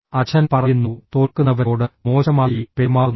അച്ഛൻ പറയുന്നുഃ തോൽക്കുന്നവരോട് മോശമായി പെരുമാറുന്നു